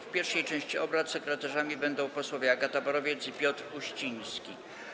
W pierwszej części obrad sekretarzami będą posłowie Agata Borowiec i Piotr Uściński.